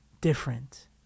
different